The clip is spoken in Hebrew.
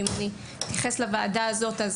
אם אייחס את זה לוועדה הזאת,